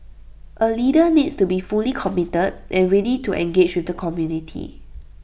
A leader needs to be fully committed and ready to engage with the community